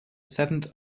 seventh